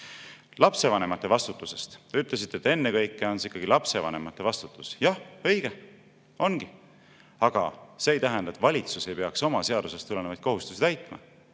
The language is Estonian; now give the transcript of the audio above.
Lapsevanemate vastutusest. Ütlesite, et ennekõike on see ikkagi lapsevanemate vastutus. Jah, õige. Ongi. Aga see ei tähenda, et valitsus ei peaks oma seadusest tulenevaid kohustusi täitma.